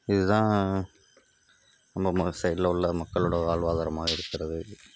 இது தான் நம்ம ம சைடுல உள்ள மக்களோடய வாழ்வாதாரமாக இருக்கிறது